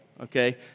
Okay